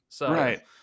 Right